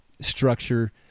Structure